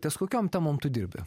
ties kokiom temom tu dirbi